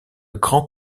grand